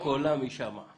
כולם קולם יישמע.